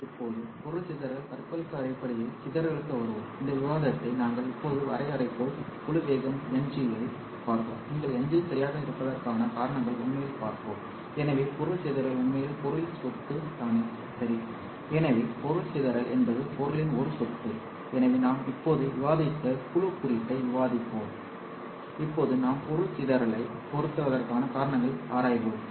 இப்போது பொருள் சிதறல் கற்பழிப்பு அடிப்படையில் சிதறலுக்கு வருவோம் அந்த விவாதத்தை நாங்கள் இப்போது வரையறுத்துள்ள குழு வேகம் Ng ஐப் பார்த்தோம் நீங்கள் Ng சரியாக இருப்பதற்கான காரணங்களை உண்மையில் பார்ப்போம் எனவே பொருள் சிதறல் உண்மையில் பொருளின் சொத்து தானே சரி எனவே பொருள் சிதறல் என்பது பொருளின் ஒரு சொத்து எனவே நாம் இப்போது விவாதித்த குழு குறியீட்டை விவாதித்தோம் இப்போது நாம் பொருள் சிதறலைப் பெறுவதற்கான காரணங்களை ஆராய்வோம்